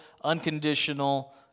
unconditional